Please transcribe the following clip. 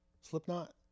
Slipknot